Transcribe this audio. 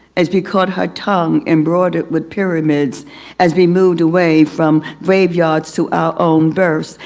as we caught her tongue embroidered with pyramids as we moved away from graveyards to our own verse.